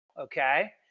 Okay